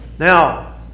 Now